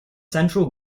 central